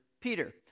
Peter